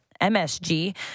MSG